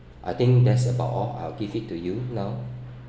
I think that's about all I will give it to you now